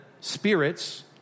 spirits